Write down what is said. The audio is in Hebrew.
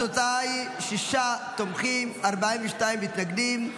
התוצאה היא שישה תומכים, 42 מתנגדים.